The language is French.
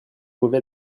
mauvais